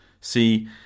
See